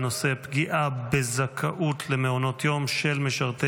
בנושא: פגיעה בזכאות למעונות יום של משרתי